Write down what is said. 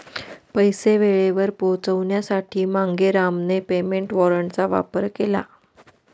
पैसे वेळेवर पोहोचवण्यासाठी मांगेरामने पेमेंट वॉरंटचा वापर केला